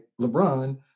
LeBron